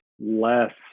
less